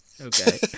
Okay